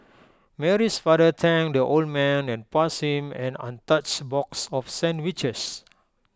Mary's father thanked the old man and passed him an untouched box of sandwiches